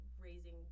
raising